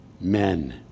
Men